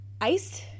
ice